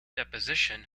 deposition